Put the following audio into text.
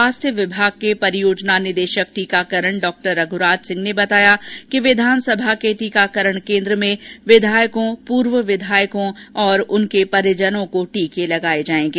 स्वास्थ्य विभाग के परियोजना निदेशक टीकाकरण डॉ रघूराज सिंह ने बताया कि विधानसभा के केन्द्र में विधायकों पूर्व विधायकों और उनके परिजनों को टीके लगाये जोयेंगे